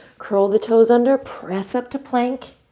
curl the toes under. press up to plank.